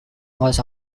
was